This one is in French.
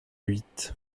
huit